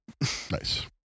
nice